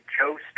Joe